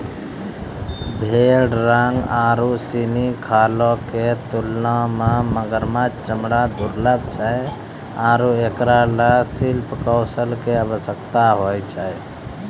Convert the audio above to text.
भेड़ रंग आरु सिनी खालो क तुलना म मगरमच्छ चमड़ा दुर्लभ छै आरु एकरा ल शिल्प कौशल कॅ आवश्यकता होय छै